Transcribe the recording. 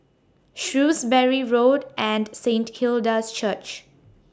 Shrewsbury Road and Saint Hilda's Church